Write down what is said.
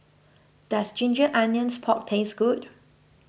does Ginger Onions Pork taste good